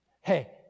Hey